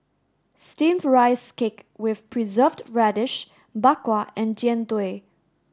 steamed rice cake with preserved radish Bak Kwa and Jian Dui